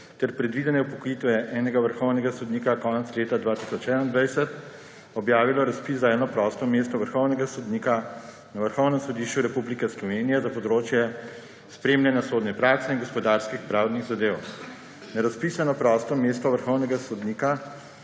ter predvidene upokojitve enega vrhovnega sodnika konec leta 2021 objavilo razpis za eno prosto mesto vrhovnega sodnika na Vrhovnem sodišču Republike Slovenije za področje spremljanja sodne prakse in gospodarskih pravnih zadev. Na razpisano prosto mesto vrhovnega sodnika